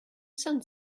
son